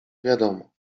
wiadomo